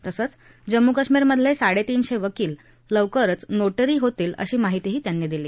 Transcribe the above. तसंच जम्मू काश्मीरमधले साडेतीनशे वकील लवकरच नोटरी होतील अशी माहितीही त्यांनी दिली